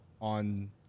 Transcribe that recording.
on